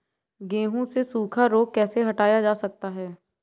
गेहूँ से सूखा रोग कैसे हटाया जा सकता है?